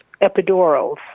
epidurals